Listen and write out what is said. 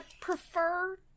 prefer